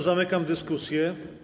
Zamykam dyskusję.